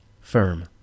Firm